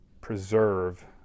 preserve